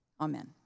Amen